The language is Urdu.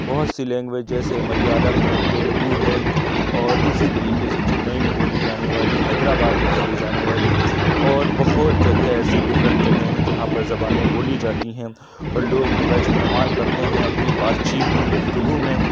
بہت سی لینگویج جیسے ملیالم ہے تیلگو ہے اور اِسی طریقے سے چنئی میں بولی جانے والی حیدر آباد میں بولی جانے والی اور بہت جگہ ایسے ڈفرینٹ جگہیں ہیں جہاں پر زبانیں بولی جاتی ہیں اور لوگ اُن کا استعمال کرتے ہیں اپنی بات چیت میں گفتگو میں